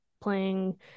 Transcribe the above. playing